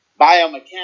biomechanics